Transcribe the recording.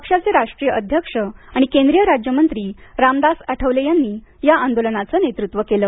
पक्षाचे राष्ट्रीय अध्यक्ष आणि केंद्रीय राज्यमंत्री रामदास आठवले यांनी या आंदोलनाचं नेतृत्व केलं